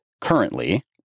currently